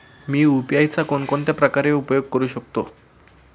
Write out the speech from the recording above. मी UPI चा कोणकोणत्या प्रकारे उपयोग करू शकतो?